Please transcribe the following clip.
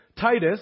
Titus